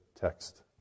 text